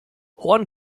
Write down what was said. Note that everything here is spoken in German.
horn